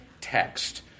text